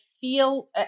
feel